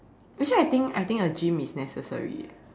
actually I think I think a gym is necessary eh